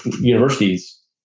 universities